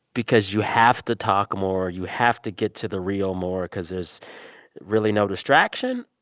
because you have to talk more. you have to get to the real more because there's really no distraction.